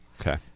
Okay